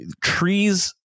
trees